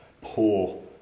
poor